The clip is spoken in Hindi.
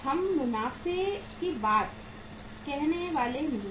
हम मुनाफे की बात कहने वाले नहीं हैं